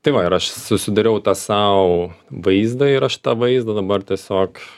tai va ir aš susidariau tą sau vaizdą ir aš tą vaizdą dabar tiesiog